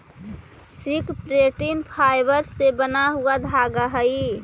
silk protein fibre से बना हुआ धागा हई